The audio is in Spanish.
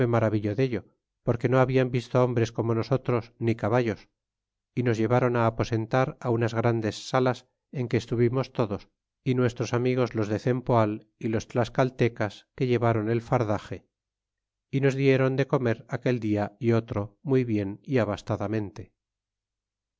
maravillo dello porque no hablan visto hombres como nosotros ni caballos y nos lleváron á aposentar á unas grandes salas en que estuvimos todos a nuestros amigos los de cempoal y los tlascaltecas que lleváron el fardaxe y nos dieron de comer aquel dia é otro muy bien é abastadamente